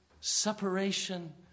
separation